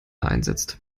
einsetzt